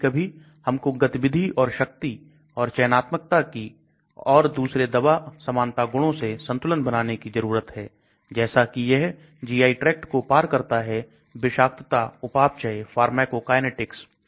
कभी कभी हमको गतिविधि और शक्ति और चयनात्मकता की और दूसरे दवा समानता गुणों से संतुलन बनाने की जरूरत है जैसे कि यह GI tract को पार करता है विषाक्तता उपापचय फार्माकोकीनेटिक्स